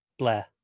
Blair